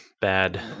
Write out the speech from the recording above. bad